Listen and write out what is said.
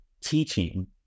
teaching